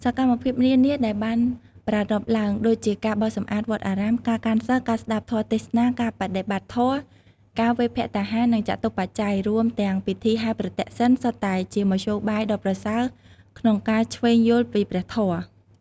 សកម្មភាពនានាដែលបានប្រារព្ធឡើង ដូចជាការបោសសម្អាតវត្តអារាម ការកាន់សីល ការស្ដាប់ធម៌ទេសនា ការបដិបត្តិធម៌ ការវេរភត្តាហារ និងចតុបច្ច័យ រួមទាំងពិធីហែរប្រទក្សិណ សុទ្ធតែជាមធ្យោបាយដ៏ប្រសើរក្នុងការឈ្វេងយល់ពីព្រះធម៌។